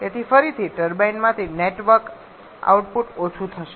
તેથી ફરીથી ટર્બાઇનમાંથી નેટ વર્ક આઉટપુટ ઓછું થશે